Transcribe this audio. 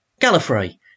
Gallifrey